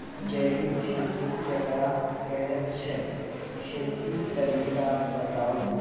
जैबिक खेती केकरा कहैत छै, खेतीक तरीका बताऊ?